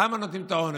למה נותנים את העונש,